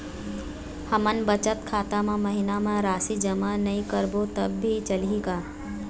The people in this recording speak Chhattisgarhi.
हमन बचत खाता मा महीना मा राशि जमा नई करबो तब भी चलही का?